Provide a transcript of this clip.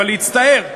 אבל להצטער,